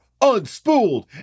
unspooled